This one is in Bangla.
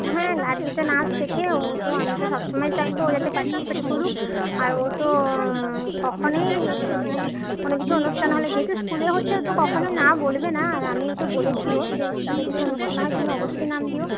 হ্যাঁ গার্গী তো নাচ শেখে ও তো আমি তো সব সময় চাইবো ও যাতে পার্টিসিপেট করুক আর ও তো কখনোই মানে কোনো কিছু অনুষ্ঠান হলে যেহেতু স্কুলে হচ্ছে ও তো কখনোই না বলবে না আর আমি ওকে বলেছিও যে ওর স্কুলে যদি অনুষ্ঠান হয় তুমি অবশ্যই নাম দিও